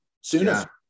sooner